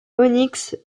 onyx